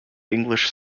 english